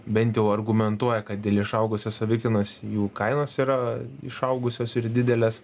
bent jau argumentuoja kad dėl išaugusios savikainos jų kainos yra išaugusios ir didelės